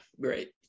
Great